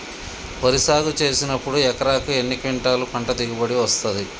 వరి సాగు చేసినప్పుడు ఎకరాకు ఎన్ని క్వింటాలు పంట దిగుబడి వస్తది?